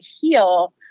heal